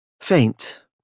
Faint